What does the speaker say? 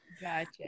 Gotcha